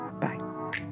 Bye